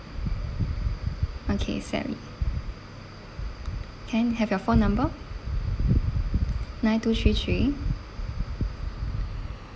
okay sally can I have your phone number nine two three three